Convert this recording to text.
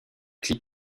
clip